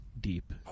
deep